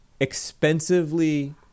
expensively